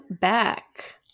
back